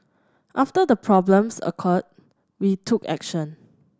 after the problems occurred we took action